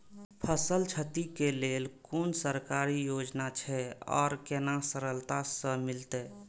फसल छति के लेल कुन सरकारी योजना छै आर केना सरलता से मिलते?